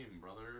brother